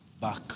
back